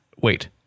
wait